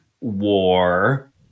war